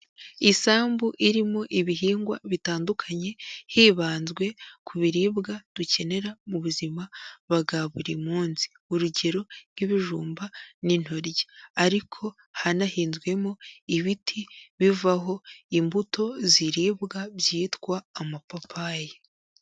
Isambu irimo ibihingwa bitandukanye hibanzwe ku biribwa dukenera mu buzima bwa buri munsi, urugero nk'ibijumba n'intoryi ariko hanahinzwemo ibiti bivaho imbuto ziribwa byitwa amapapayi.